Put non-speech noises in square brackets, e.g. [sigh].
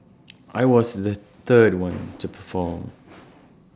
[noise] I was the third one [noise] to perform